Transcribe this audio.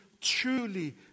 truly